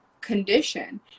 condition